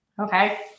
Okay